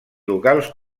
locals